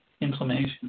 inflammation